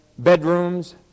bedrooms